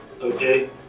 Okay